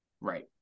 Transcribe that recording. Right